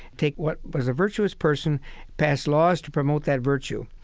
take what what is a virtuous person pass laws to promote that virtue.